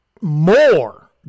more